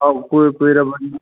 ꯑꯧ ꯀꯨꯏꯔꯕꯅꯤ